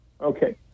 Okay